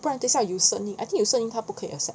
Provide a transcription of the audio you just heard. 不然等下有声音 I think 有声音他不可以 accept